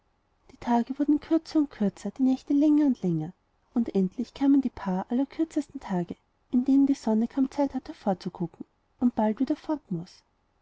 die tage wurden kürzer und kürzer die nächte länger und länger und endlich kamen die paar allerkürzesten tage in denen die sonne kaum zeit hat hervorzugucken und bald wieder fort muß